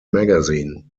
magazine